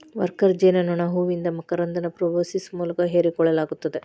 worker ಜೇನನೋಣ ಹೂವಿಂದ ಮಕರಂದನ ಪ್ರೋಬೋಸಿಸ್ ಮೂಲಕ ಹೇರಿಕೋಳ್ಳಲಾಗತ್ತದ